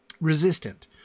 resistant